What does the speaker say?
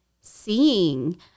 seeing